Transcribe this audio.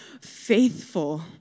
faithful